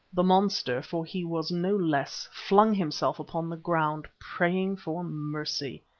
the monster, for he was no less, flung himself upon the ground, praying for mercy.